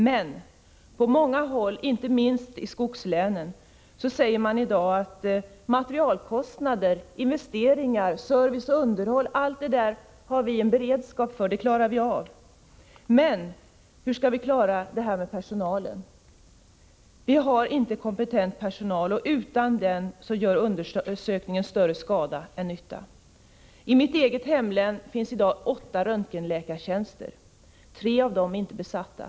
Men på många håll, inte minst i skogslänen, säger man i dag att materialkostnader, investeringar, service och underhåll — allt sådant har vi en beredskap för och detta klarar vi av. Men hur skall vi klara det här med personalen? Vi har inte kompetent personal, och utan sådan gör undersökningen större skada än nytta. I mitt hemlän finns i dag åtta röntgenläkartjänster. Tre av dem är inte besatta.